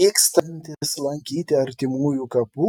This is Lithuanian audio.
vykstantys lankyti artimųjų kapų